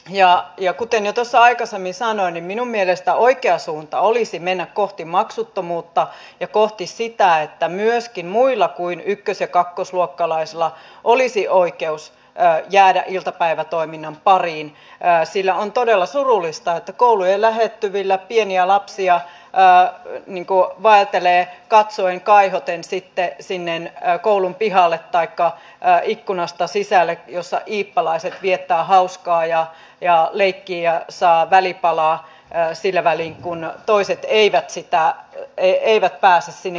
kuten jo tuossa aikaisemmin sanoin minun mielestäni oikea suunta olisi mennä kohti maksuttomuutta ja kohti sitä että myöskin muilla kuin ykkös ja kakkosluokkalaisilla olisi oikeus jäädä iltapäivätoiminnan pariin sillä on todella surullista että koulujen lähettyvillä pieniä lapsia vaeltelee katsoen kaihoten sinne koulun pihalle taikka ikkunasta sisälle jossa iippalaiset viettävät hauskaa leikkivät ja saavat välipalaa sillä välin kun toiset eivät pääse sinne kerhoon